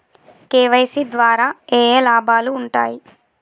KYC ద్వారా ఏఏ లాభాలు ఉంటాయి?